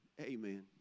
Amen